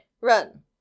Run